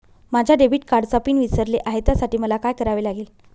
माझ्या डेबिट कार्डचा पिन विसरले आहे त्यासाठी मला काय करावे लागेल?